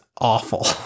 awful